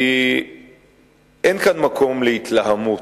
אין כאן מקום להתלהמות,